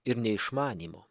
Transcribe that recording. ir neišmanymo